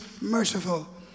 merciful